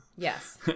Yes